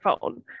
phone